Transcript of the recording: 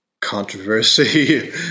Controversy